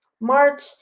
March